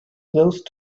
those